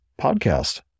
podcast